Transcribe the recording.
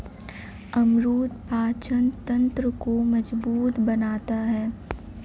अमरूद पाचन तंत्र को मजबूत बनाता है